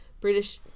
British